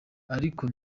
ariko